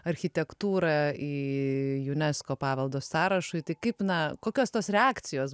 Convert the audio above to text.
architektūrą į unesco paveldo sąrašui tai kaip na kokios tos reakcijos